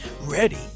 ready